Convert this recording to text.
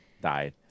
died